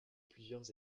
plusieurs